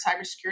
cybersecurity